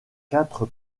quatre